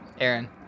Aaron